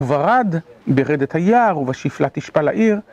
וברד ברדת היער ובשפלה תשפל העיר